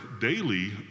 daily